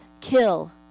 kill